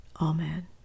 Amen